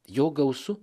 jo gausu